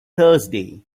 thursday